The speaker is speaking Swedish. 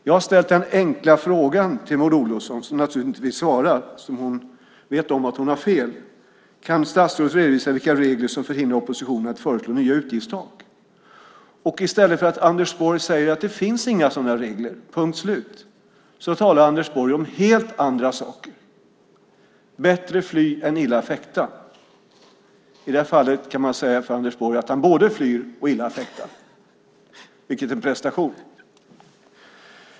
Jag har ställt den enkla frågan till Maud Olofsson, som naturligtvis inte vill svara eftersom hon vet att hon har fel: Kan statsrådet redovisa vilka regler som förhindrar oppositionen att föreslå egna utgiftstak? I stället för att Anders Borg säger att det inte finns några sådana regler, punkt slut, talar han om helt andra saker. "Bättre fly än illa fäkta." I det här fallet kan man säga att Anders Borg både flyr och illa fäktar, vilket är en prestation.